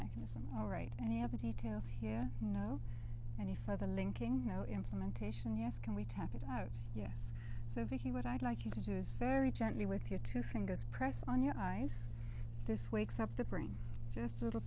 mechanism all right any other details here any further linking no implementation yes can we tap it yes so viki what i'd like you to do is very gently with your two fingers press on your eyes this wakes up the brain just a little